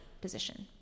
position